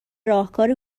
راهکار